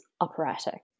operatic